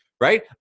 right